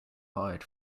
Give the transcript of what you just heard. hired